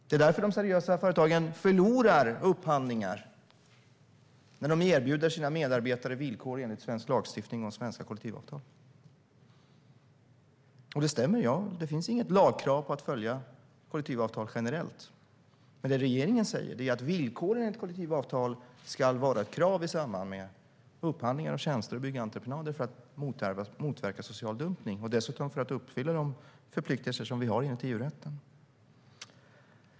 Det är därför de förlorar upphandlingar när de erbjuder sina medarbetare villkor enligt svensk lagstiftning och svenska kollektivavtal. Det stämmer att det inte finns något lagkrav på att följa kollektivavtal generellt. Men det regeringen säger är att villkoren i ett kollektivavtal ska vara ett krav i samband med upphandlingar av tjänster och byggentreprenader för att motverka social dumpning och dessutom uppfylla de förpliktelser vi har enligt EU-rätten.